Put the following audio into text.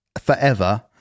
forever